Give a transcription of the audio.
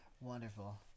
Wonderful